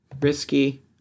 Risky